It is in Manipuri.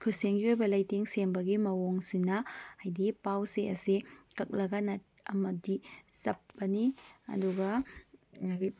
ꯈꯨꯠꯁꯦꯝꯒꯤ ꯑꯣꯏꯕ ꯂꯩꯇꯦꯡ ꯁꯦꯝꯕꯒꯤ ꯃꯑꯣꯡꯁꯤꯅ ꯍꯥꯏꯕꯗꯤ ꯄꯥꯎꯆꯦ ꯑꯁꯦ ꯀꯛꯂꯒꯅ ꯑꯃꯗꯤ ꯆꯞꯄꯅꯤ ꯑꯗꯨꯒ